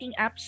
apps